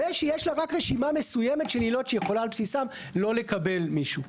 ושיש לה רק רשימה מסוימת של עילות שהיא יכולה על בסיסם לא לקבל מישהו.